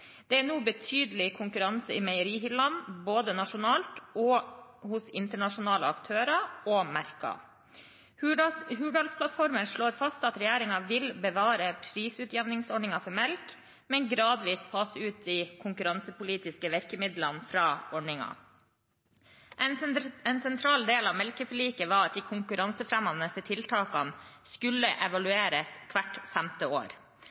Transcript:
Det er nå betydelig konkurranse i meierihyllene, både nasjonalt og hos internasjonale aktører og merker. Hurdalsplattformen slår fast at regjeringen vil bevare prisutjevningsordningen for melk, men gradvis fase ut de konkurransepolitiske virkemidlene fra ordningen. En sentral del av melkeforliket var at de konkurransefremmende tiltakene skulle evalueres hvert femte år.